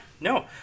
no